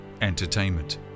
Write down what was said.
entertainment